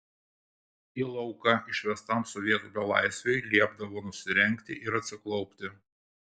į lauką išvestam sovietų belaisviui liepdavo nusirengti ir atsiklaupti